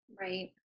Right